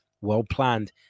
well-planned